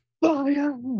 fire